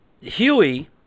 Huey